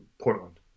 Portland